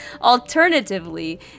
Alternatively